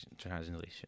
translation